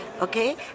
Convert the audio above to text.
okay